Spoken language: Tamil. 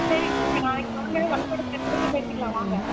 சரிங்க வாங்க நாளைக்கு வாங்க பள்ளிக்கூடத்தில் நேரில் பேசிக்கலாம் வாங்க